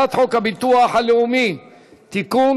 הביטוח הלאומי (תיקון,